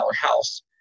house